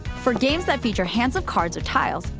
for games that feature hands of cards or tiles,